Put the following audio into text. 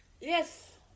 Yes